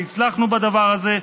והצלחנו בדבר הזה.